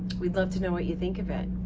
we'd love to know what you think of it.